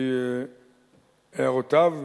להערותיו,